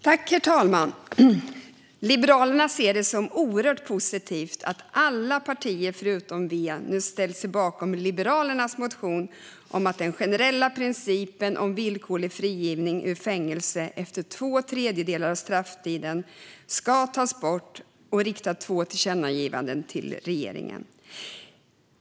Herr talman! Liberalerna ser det som oerhört positivt att alla partier, förutom Vänsterpartiet, nu ställt sig bakom Liberalernas motion om att den generella principen om villkorlig frigivning ur fängelse efter två tredjedelar av strafftiden ska tas bort och riktar två tillkännagivanden till regeringen.